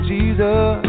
Jesus